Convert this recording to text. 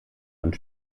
und